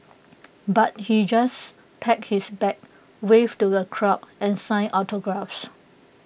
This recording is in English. but he just packed his bag waved to the crowd and signed autographs